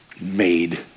made